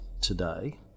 today